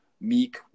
meek